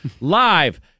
live